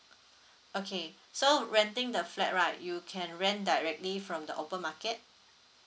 okay so renting the flat right you can rent directly from the open market